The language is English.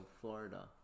Florida